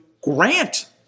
grant